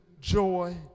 joy